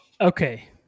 Okay